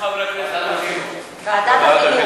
ועדת החינוך.